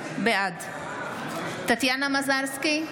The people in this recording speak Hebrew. בעד טטיאנה מזרסקי,